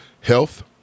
Health